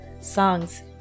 songs